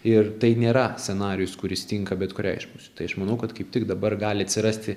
ir tai nėra scenarijus kuris tinka bet kuriai iš pusių tai aš manau kad kaip tik dabar gali atsirasti